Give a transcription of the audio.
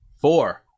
Four